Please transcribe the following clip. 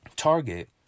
Target